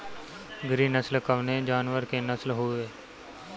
गिरी नश्ल कवने जानवर के नस्ल हयुवे?